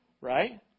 right